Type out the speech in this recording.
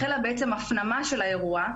החלה הפנמה של האירוע.